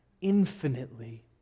infinitely